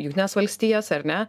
jungtines valstijas ar ne